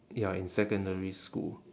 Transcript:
ya in secondary school